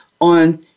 on